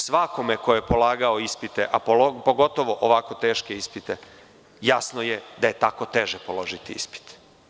Svakome ko je polagao ispite, a pogotovo ovako teške ispite, jasno je da je tako teže položiti ispit.